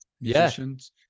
musicians